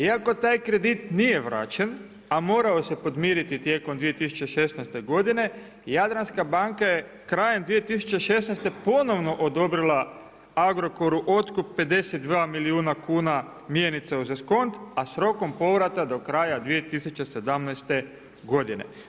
Iako taj kredit nije vraćen, a morao se podmiriti tijekom 2016. godine, Jadranska banka je krajem 2016. ponovno odobrila Agrokoru otkup 52 milijuna kuna mjenica uz eskont, a rokom povrata do kraja 2017. godine.